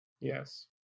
Yes